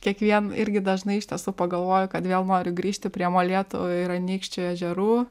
kiekvien irgi dažnai iš tiesų pagalvoju kad vėl noriu grįžti prie molėtų ir anykščių ežerų